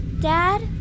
Dad